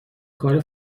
کار